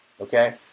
okay